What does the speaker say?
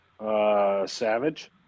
savage